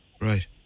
Right